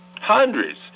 Hundreds